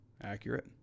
accurate